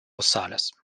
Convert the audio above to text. rosales